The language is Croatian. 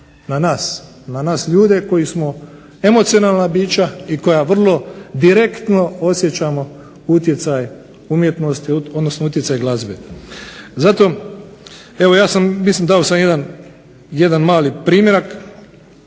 na nas ljude koji smo emocionalna bića i koja vrlo direktno osjećamo utjecaj glazbe. Zato evo dao sam jedan mali primjerak